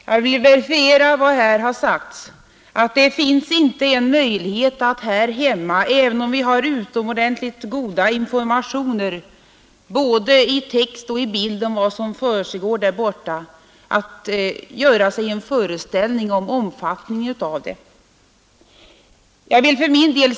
Jag vill verifiera vad här har sagts: det finns inte en möjlighet för oss att här hemma, även om vi har utomordentligt goda informationer i både text och bild om vad som försiggår där borta, göra oss en föreställning om omfattningen av det.